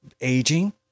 aging